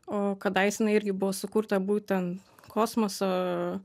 o kadaise jinai irgi buvo sukurta būten kosmoso